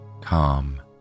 calm